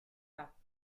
pas